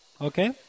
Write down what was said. Okay